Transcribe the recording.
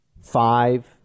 five